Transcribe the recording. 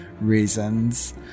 Reasons